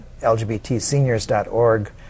lgbtseniors.org